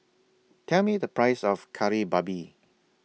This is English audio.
Tell Me The Price of Kari Babi